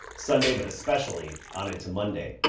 sunday, but especially on into monday.